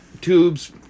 Tubes